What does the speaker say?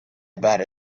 about